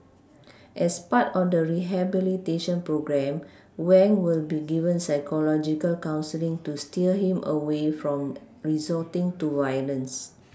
as part on the rehabilitation programme Wang will be given psychological counselling to steer him away from resorting to violence